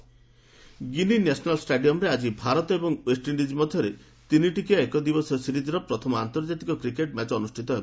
cricket ଗିନି national ଷ୍ଟାଡିୟମ୍ରେ ଆଜି ଭାରତ ଏବଂ ୱେଷ୍ଟଇଣ୍ଡିକ୍ ମଧ୍ୟରେ ତିନିଟିକିଆ ଏକଦିବସୀୟ ସିରିଜ୍ର ପ୍ରଥମ ଆନ୍ତର୍ଜାତିକ କ୍ରିକେଟ୍ ମ୍ୟାଚ୍ ଅନୁଷ୍ଠିତ ହେବ